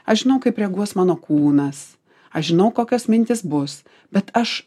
aš žinau kaip reaguos mano kūnas aš žinau kokios mintys bus bet aš